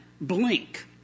blink